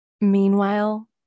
Meanwhile